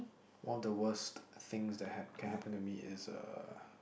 one of the worst things that have can happen to me is uh